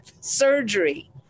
surgery